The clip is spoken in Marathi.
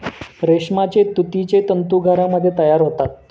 रेशमाचे तुतीचे तंतू घरामध्ये तयार होतात